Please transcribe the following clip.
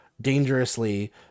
dangerously